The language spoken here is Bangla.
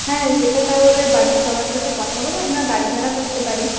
হ্যাঁ সেটা তাহলে বাড়ির সবার সাথে কথা বলে আমরা গাড়ি ভাড়া করতে পারি